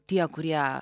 tie kurie